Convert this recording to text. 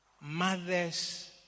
mothers